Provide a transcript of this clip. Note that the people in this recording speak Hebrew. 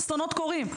אסונות קורים,